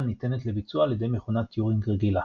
ניתנת לביצוע על ידי מכונת טיורינג רגילה.